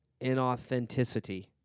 inauthenticity